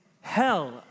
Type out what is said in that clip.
hell